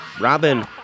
robin